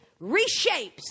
reshapes